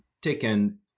taken